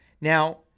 Now